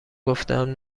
گفتهام